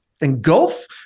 engulf